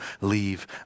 leave